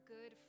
Good